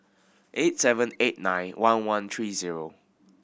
eight seven eight nine one one three zero